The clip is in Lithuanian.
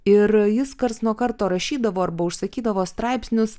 ir jis karts nuo karto rašydavo arba užsakydavo straipsnius